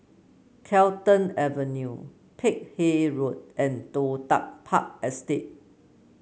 Carlton Avenue Peck Hay Road and Toh Tuck Park Estate